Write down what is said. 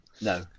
No